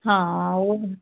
ਹਾਂ ਉਹ